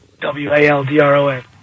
W-A-L-D-R-O-N